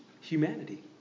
humanity